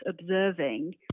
observing